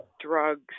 drugs